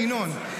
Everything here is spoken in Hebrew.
ינון,